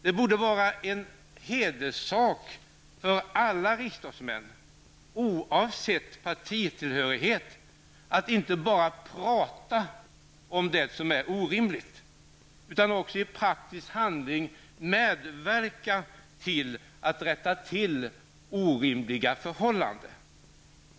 Det borde vara en hederssak för alla riksdagsmän, oavsett partitillhörighet, att inte bara tala om det som är orimligt utan också i praktiken medverka till att det blir möjligt att komma till rätta med detta orimliga förhållande.